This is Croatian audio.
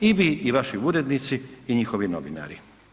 I vi i vaši urednici i njihovi novinari.